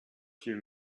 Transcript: few